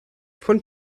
von